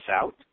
out